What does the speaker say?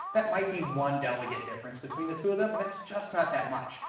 that might be one delicate difference between the two of them. and that's just not that much.